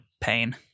pain